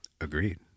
Agreed